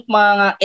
mga